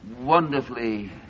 wonderfully